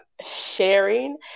sharing